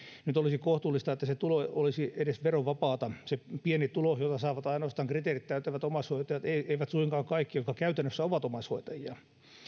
korvattua olisi nyt kohtuullista että se tulo olisi edes verovapaata se pieni tulo jota saavat ainoastaan kriteerit täyttävät omaishoitajat eivät eivät suinkaan kaikki jotka käytännössä ovat omaishoitajia